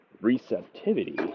receptivity